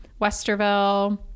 Westerville